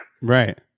Right